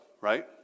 right